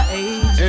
age